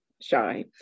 shy